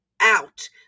out